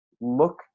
Look